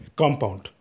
compound